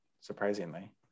surprisingly